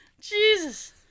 Jesus